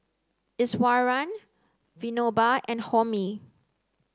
Iswaran Vinoba and Homi